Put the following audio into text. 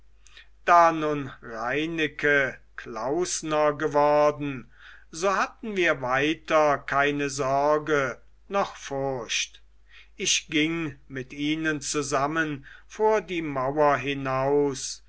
da nun reineke klausner geworden so hatten wir weiter keine sorge noch furcht ich ging mit ihnen zusammen vor die mauer hinaus